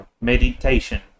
Meditation